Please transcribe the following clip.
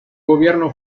gobierno